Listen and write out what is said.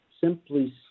simply